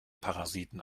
parasiten